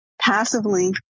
Passively